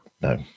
No